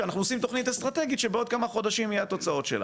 אנחנו עושים תוכנית אסטרטגית שבעוד כמה חודשים יהיו התוצאות שלה.